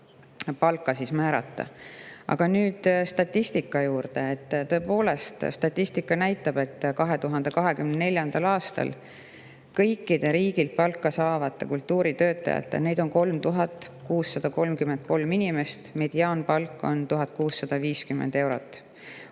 palka määrata. Aga nüüd statistika juurde. Tõepoolest, statistika näitab, et 2024. aastal kõikide riigilt palka saavate kultuuritöötajate – neid on 3633 – mediaanpalk on 1650 eurot.